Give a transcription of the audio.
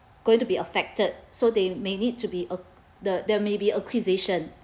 going to be affected so they may need to be uh the there may be acquisition